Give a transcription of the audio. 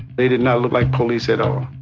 they did not look like police at all.